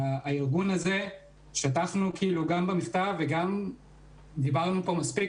וכפי ששטחנו במכתב וגם כפי שנאמר פה מספיק,